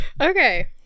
Okay